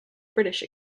british